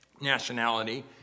nationality